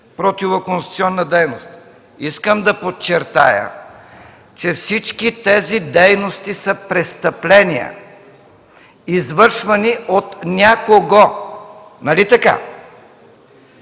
противоконституционна дейност. Искам да подчертая, че всички тези дейности са престъпления, извършвани от някого! Нали така?